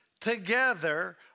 together